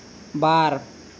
ᱵᱟᱨ